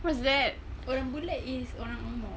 what's that